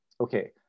okay